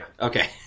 Okay